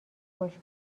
خوش